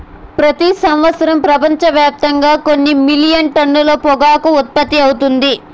ప్రతి సంవత్సరం ప్రపంచవ్యాప్తంగా కొన్ని మిలియన్ టన్నుల పొగాకు ఉత్పత్తి అవుతుంది